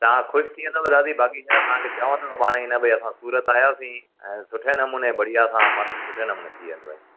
तव्हां ख़ुशि थी वेंदव दादी बाक़ी छा तव्हांखे चवंदव भई असां सूरत रहिया हुआसीं ऐं सुठे नमूने बढ़िया सां मस्तु सुठे नमूने थी वेंदुव इअं